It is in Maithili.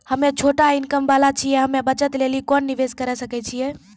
हम्मय छोटा इनकम वाला छियै, हम्मय बचत लेली कोंन निवेश करें सकय छियै?